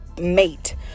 mate